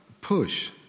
push